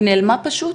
היא נעלמה פשוט?